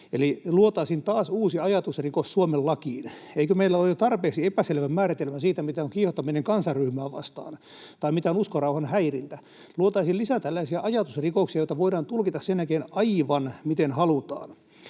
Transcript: eli luotaisiin taas uusi ajatusrikos Suomen lakiin. Eikö meillä ole jo tarpeeksi epäselvä määritelmä siitä, mitä on kiihottaminen kansanryhmää vastaan tai mitä on uskonrauhan häirintä? Luotaisiin lisää tällaisia ajatusrikoksia, joita voidaan tulkita sen jälkeen aivan miten halutaan.